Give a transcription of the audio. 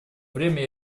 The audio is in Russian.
время